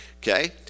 Okay